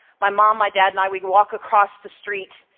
my mom, my dad and i, we walk across the street.